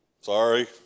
Sorry